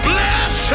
Bless